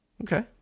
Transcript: Okay